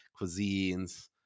cuisines